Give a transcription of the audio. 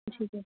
ठीकु आहे